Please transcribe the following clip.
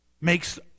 makes